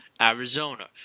Arizona